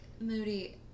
moody